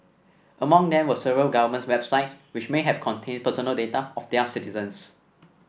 among them were several government websites which may have contained personal data of their citizens